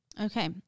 Okay